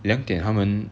两点他们